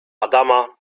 adama